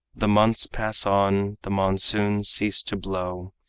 the months pass on the monsoons cease to blow,